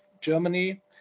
Germany